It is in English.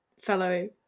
fellow